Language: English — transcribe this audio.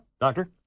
Doctor